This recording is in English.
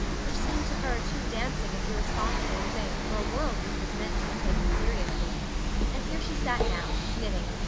which seemed to her too dancing and irresponsible a thing for a world which was meant to be taken seriously and here she sat now, knitting,